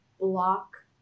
block